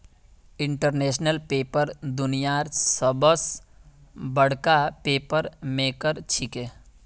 international paper दुनियार सबस बडका पेपर मेकर छिके